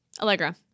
Allegra